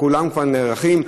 כולם כבר נערכים.